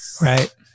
right